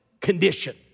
condition